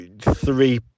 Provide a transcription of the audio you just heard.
three